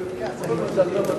ניירות ערך (תיקון,